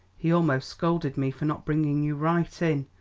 he almost scolded me for not bringing you right in.